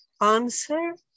answer